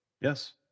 Yes